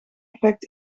effect